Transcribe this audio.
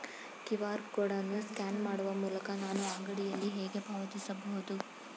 QR code ಅನ್ನು scan ಮಾಡುವ ಮೂಲಕ ನಾನು ಅಂಗಡಿಯಲ್ಲಿ ಹೇಗೆ ಪಾವತಿಸಬಹುದು?